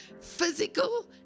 physical